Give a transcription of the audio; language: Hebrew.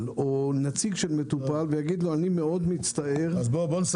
או נציג של מטופל ויגיד לו: אני מצטער מאוד,